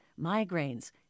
migraines